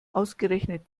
ausgerechnet